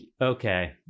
okay